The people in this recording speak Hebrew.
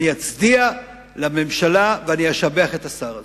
אני אצדיע לממשלה ואני אשבח את השר הזה.